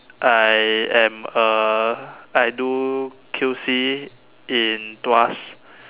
I am a I do Q_C in tuas